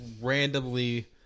randomly